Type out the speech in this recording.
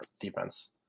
defense